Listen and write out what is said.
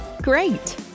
Great